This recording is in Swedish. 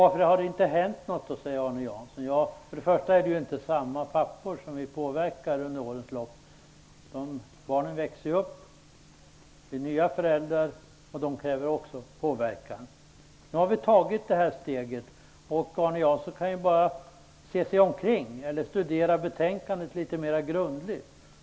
Varför har det inte hänt något då, frågar Arne Jansson. För det första är det ju inte samma pappor som vi försökt påverka under årens lopp -- barnen växer ju upp, det kommer till nya föräldrar och de kräver också påverkan. Nu har vi tagit det här steget. Arne Jansson kanske skall studera betänkandet litet mera grundligt.